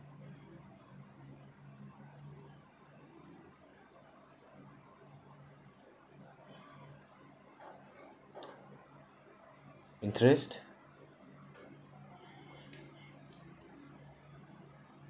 interest